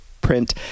print